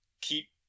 keep